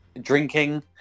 drinking